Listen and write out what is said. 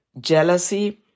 jealousy